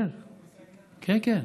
כן, כן.